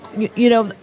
you you know,